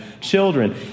children